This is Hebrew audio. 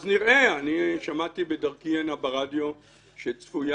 אז נראה, אני שמעתי בדרכי הנה ברדיו שצפויה